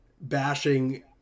bashing